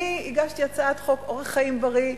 אני הגשתי הצעת חוק אורח חיים בריא,